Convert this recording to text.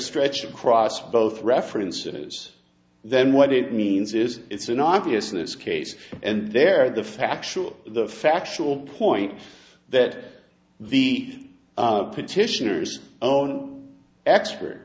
stretched across both references then what it means is it's an obvious in this case and there the factual the factual point that the petitioners own expert